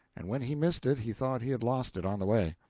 and when he missed it he thought he had lost it on the way.